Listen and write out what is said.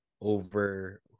over